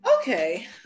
Okay